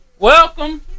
Welcome